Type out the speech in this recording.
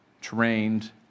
trained